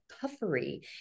puffery